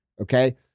okay